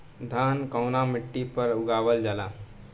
धान कवना मिट्टी पर उगावल जाला?